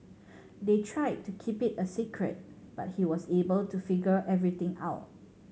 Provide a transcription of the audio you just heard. they tried to keep it a secret but he was able to figure everything out